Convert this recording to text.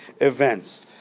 events